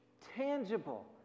tangible